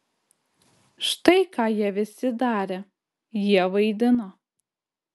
štai ką jie visi darė jie vaidino